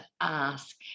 ask